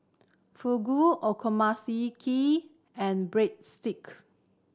Fugu Okonomiyaki and Breadstick